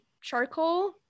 charcoal